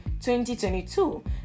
2022